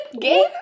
Game